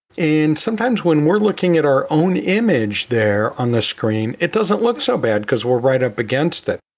and sometimes when we're looking at our own image there on the screen, it doesn't look so bad because we're right up against it.